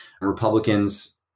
Republicans